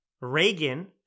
Reagan